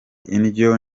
indyo